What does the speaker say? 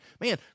man